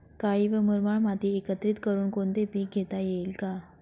काळी व मुरमाड माती एकत्रित करुन कोणते पीक घेता येईल का?